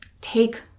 take